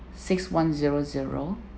six one zero zero